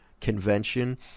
convention